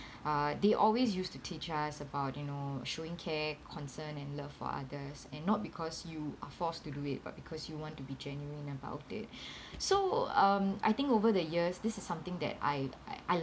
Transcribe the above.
uh they always used to teach us about you know showing care concern and love for others and not because you are forced to do it but because you want to be genuine about it so um I think over the years this is something that I I